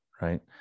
right